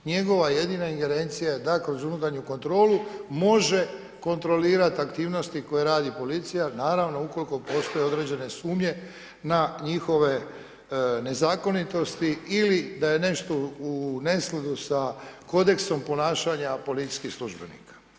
Njegova jedina ingerencija je da kroz unutarnju kontrolu može kontrolirati aktivnosti koje radi policija, naravno ukoliko postoje određene sumnje na njihove nezakonitosti ili da je nešto u neskladu sa kodeksom ponašanja policijskih službenika.